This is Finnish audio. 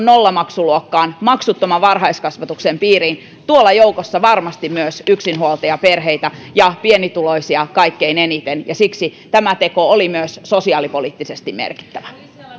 nollamaksuluokkaan maksuttoman varhaiskasvatuksen piiriin tuossa joukossa on varmasti yksinhuoltajaperheitä ja pienituloisia kaikkein eniten ja siksi tämä teko oli myös sosiaalipoliittisesti merkittävä